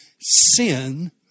sin